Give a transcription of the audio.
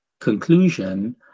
conclusion